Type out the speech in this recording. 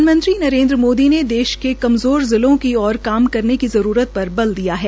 प्रधानमंत्री नरेन्द्र मोदी ने देश के कमज़ोर जिलों की ओर काम करने की जरूरत पर बल दिया है